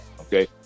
okay